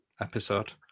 episode